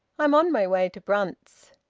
i'm on my way to brunt's.